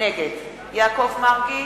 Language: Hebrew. נגד יעקב מרגי,